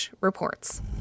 reports